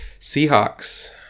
Seahawks